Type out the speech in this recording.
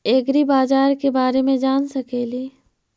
ऐग्रिबाजार के बारे मे जान सकेली?